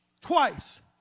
twice